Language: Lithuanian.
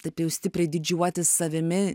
taip jau stipriai didžiuotis savimi